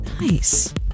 Nice